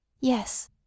Yes